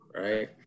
right